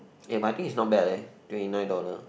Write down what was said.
eh but I think it's not bad leh twenty nine dollar